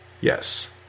Yes